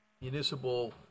municipal